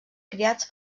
criats